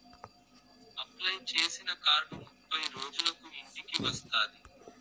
apply చేసిన card ముప్పై రోజులకు ఇంటికి వస్తాది